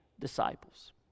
Disciples